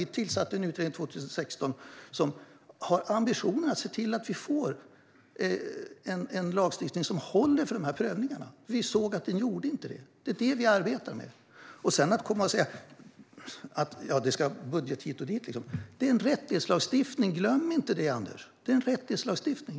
Vi tillsatte en utredning 2016 som har ambitionen att se till att vi får en lagstiftning som håller för de här prövningarna, för vi såg att den inte gjorde det. Det är det vi arbetar med. Att sedan komma och prata om budget hit och dit - det här är en rättighetslagstiftning, Anders. Glöm inte det! Det är en rättighetslagstiftning.